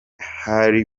hari